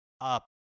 up